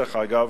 דרך אגב,